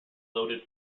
loaded